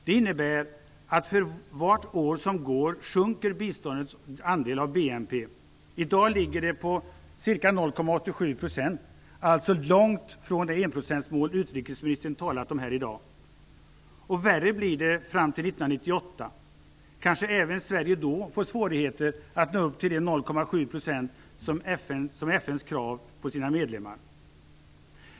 Det innebär, att för varje år som går sjunker biståndets andel av BNP. I dag ligger det på ca 0,87 %, dvs. långt från det enprocentsmål utrikesministern talat om här i dag. Och värre blir det fram till 1998. Kanske även Sverige då får svårigheter att nå upp till de 0,7 % som är FN:s krav på sina medlemmar.